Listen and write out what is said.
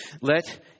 Let